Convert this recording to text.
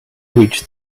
reached